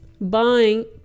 buying